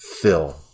fill